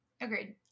agreed